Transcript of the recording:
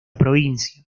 provincia